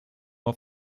auf